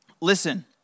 Listen